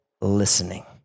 listening